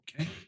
Okay